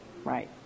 right